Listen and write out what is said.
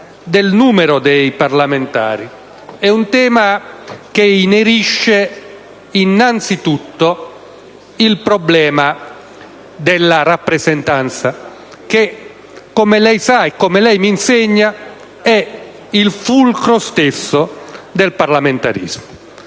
del numero dei parlamentari inerisce innanzitutto il problema della rappresentanza che, come lei sa e mi insegna, è il fulcro stesso del parlamentarismo.